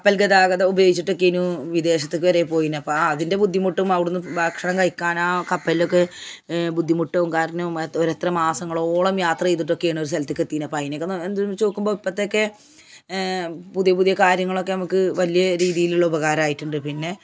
കപ്പല് ഗതാഗതം ഉപയോഗിച്ചിട്ടൊക്കേനു വിദേശത്തേക്കു വരെ പോയീനെപ്പം അതിന്റെ ബുദ്ധിമുട്ടും അവി ടുന്നു ഭക്ഷണം കഴിക്കാനാ കപ്പലിലൊക്കെ ബുദ്ധിമുട്ടും കാരുണ്യവും മാത് ഒരെത്ര മാസങ്ങളോളം യാത്ര ചെയ്തിട്ടൊക്കെയാണ് ഒരു സ്ഥലത്തൊക്കെത്തീന അപ്പയിനെയൊക്കെ ന എന്തെന്നു വെച്ചു നോക്കുമ്പം ഇപ്പത്തേക്കെ പുതിയ പുതിയ കാര്യങ്ങളൊക്കെ നമുക്ക് വലിയ രീതിയിലുള്ള ഉപകരമായിട്ടുണ്ട് പിന്നെ